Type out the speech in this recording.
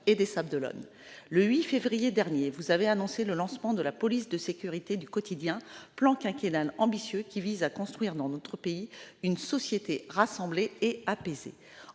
et des Sables-d'Olonne. Le 8 février dernier, vous avez annoncé le lancement de la police de sécurité du quotidien- ou PSQ -, plan quinquennal ambitieux qui vise à construire dans notre pays une société rassemblée et apaisée.